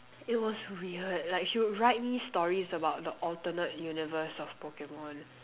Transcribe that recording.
it was weird like she would write me stories about the alternate universe of Pokemon